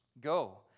Go